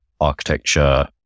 architecture